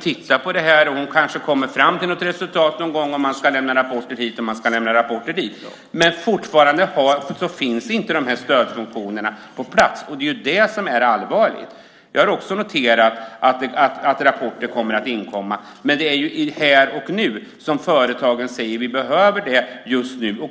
tittar på detta och att hon kanske kommer fram till något resultat och att det ska lämnas rapporter hit och dit. Men fortfarande finns inte stödfunktionerna på plats. Det är det allvarliga. Jag har också noterat att det ska komma in rapporter, men det är här och nu som företagen behöver stödet.